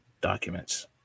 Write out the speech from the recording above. documents